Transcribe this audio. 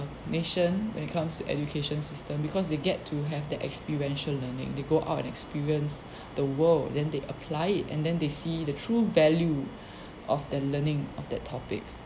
nation when it comes to education system because they get to have that experiential learning they go out and experience the world then they apply it and then they see the true value of the learning of that topic